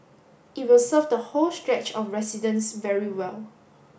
it will serve the whole stretch of residents very well